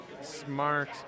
smart